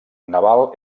naval